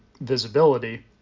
visibility